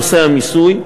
נושא המיסוי.